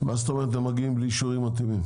מה זאת אומרת שהם מגיעים בלי אישורים מתאימים?